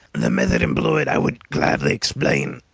the method employed i would gladly explain,